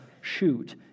shoot